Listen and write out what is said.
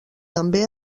també